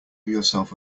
yourself